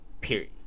period